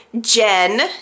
Jen